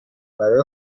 برای